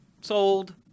sold